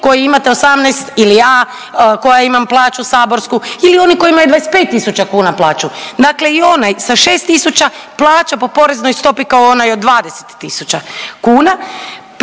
koji imate 18 ili ja koja imam plaću saborsku ili oni koji imaju 25 tisuća kuna plaću. Dakle, i onaj sa 6 tisuća plaća po poreznoj stopi kao onaj od 20 tisuća kuna.